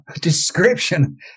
description